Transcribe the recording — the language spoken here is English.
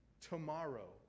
tomorrow